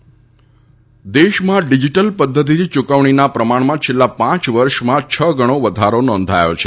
reserve bank દેશમાં digital પધ્ધતિથી યુકવણીના પ્રમાણમાં છેલ્લા પાંચ વર્ષમાં છ ગણો વધારો નોંધાયો છે